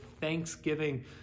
thanksgiving